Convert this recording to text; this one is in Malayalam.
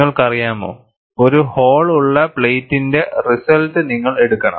നിങ്ങൾക്കറിയാമോ ഒരു ഹോൾ ഉള്ള പ്ലേറ്റിന്റെ റിസൾട്ട് നിങ്ങൾ എടുക്കണം